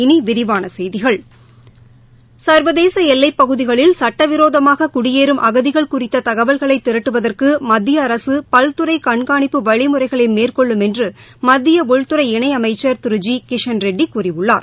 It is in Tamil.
இனி விரிவான செய்திகள் சர்வதேச எல்லைப் பகுதிகளில் சட்டவிரோதமாக குடியேறம் அகதிகள் குறித்த தகவல்களை திரட்டுவதற்கு மத்திய அரசு பல்துறை கண்காணிப்பு வழிமுறைகளை மேற்கொள்ளும் என்று மத்திய உள்துறை இணையமைச்சர் திரு ஜி கிஷன்ரெட்டி கூறியுள்ளார்